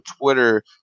Twitter